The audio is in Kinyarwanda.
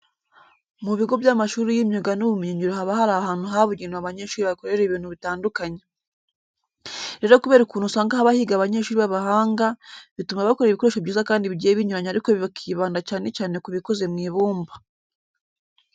Mu bigo by'amashuri y'imyuga n'ubumenyingiro haba hari ahantu habugenewe abanyeshuri bakorera ibintu bitandukanye. Rero kubera ukuntu usanga haba higa abanyeshuri b'abahanga, bituma bakora ibikoresho byiza kandi bigiye binyuranye ariko bakibanda cyane cyane ku bikoze mu ibumba.